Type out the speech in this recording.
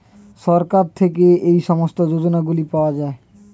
সরকার থেকে এই সমস্ত যোজনাগুলো পাওয়া যায়